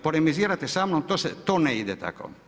Polemizirate sa mnom, to ne ide tako.